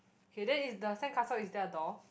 okay then is the sandcastle is there a door